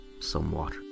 Somewhat